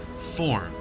form